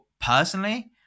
personally